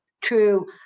true